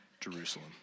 Jerusalem